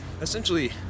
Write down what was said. essentially